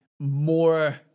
more